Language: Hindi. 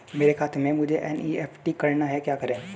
मेरे खाते से मुझे एन.ई.एफ.टी करना है क्या करें?